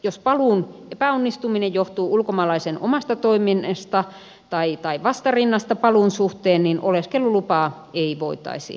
jos paluun epäonnistuminen johtuu ulkomaalaisen omasta toiminnasta tai vastarinnasta paluun suhteen niin oleskelulupaa ei voitaisi myöntää